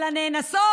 אבל הנאנסות?